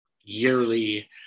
yearly –